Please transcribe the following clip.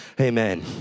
amen